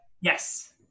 yes